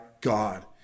God